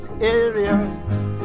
area